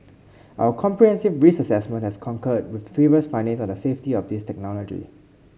our comprehensive risk assessment has concurred with previous findings on the safety of this technology